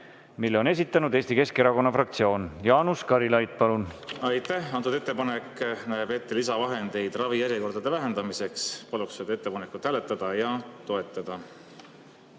Selle on esitanud Eesti Keskerakonna fraktsioon. Jaanus Karilaid, palun! Aitäh! Antud ettepanek näeb ette lisavahendeid ravijärjekordade lühendamiseks. Paluks seda ettepanekut hääletada ja toetada.